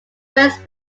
first